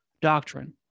Doctrine